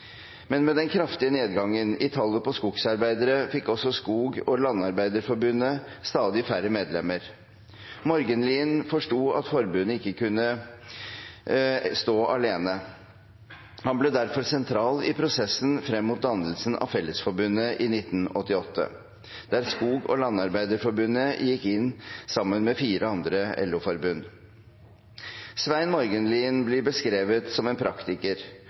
Men med den kraftige nedgangen i tallet på skogsarbeidere fikk også Skog- og landarbeiderforbundet stadig færre medlemmer. Morgenlien forsto at forbundet ikke kunne stå alene. Han ble derfor sentral i prosessen frem mot dannelsen av Fellesforbundet i 1988, der Skog- og landarbeiderforbundet gikk inn sammen med fire andre LO-forbund. Svein Morgenlien blir beskrevet som en praktiker,